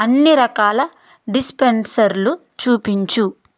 అన్ని రకాల డిస్పెన్సర్లు చూపించు